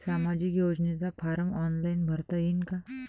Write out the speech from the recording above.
सामाजिक योजनेचा form online भरता येईन का?